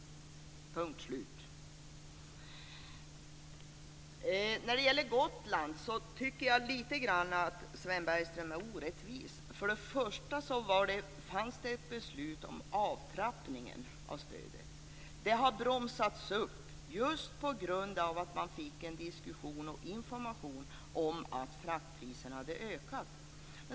Punkt, slut. Jag tycker att Sven Bergstöm är lite orättvis i fråga om Gotland. Till att börja med fanns det ett beslut om avtrappning av stödet. Detta har bromsats upp just på grund av att man fick information om att fraktpriserna hade ökat.